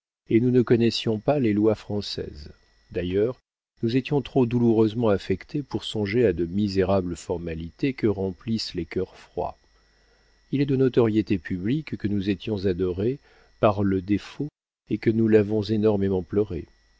et nous ne connaissions pas les lois françaises d'ailleurs nous étions trop douloureusement affectée pour songer à de misérables formalités que remplissent les cœurs froids il est de notoriété publique que nous étions adorée par le défunt et que nous l'avons énormément pleuré